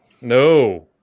No